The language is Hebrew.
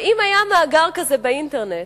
ואם היה מאגר כזה באינטרנט,